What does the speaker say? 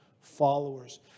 followers